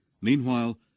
meanwhile